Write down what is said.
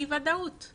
אי הוודאות.